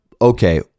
okay